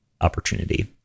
opportunity